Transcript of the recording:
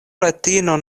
latino